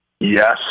Yes